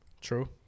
True